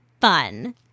Fun